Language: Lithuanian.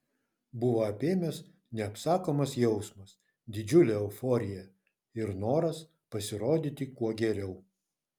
buvo apėmęs neapsakomas jausmas didžiulė euforija ir noras pasirodyti kuo geriau